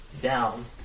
down